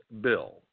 bill